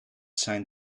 zijn